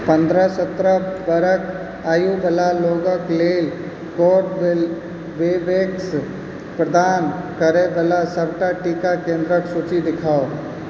पन्द्रह सत्रह बरख आयु बला लोगक लेल कोरबेवेक्स प्रदान करय बला सबटा टीका केंद्रके सूची दिखाउ